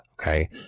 Okay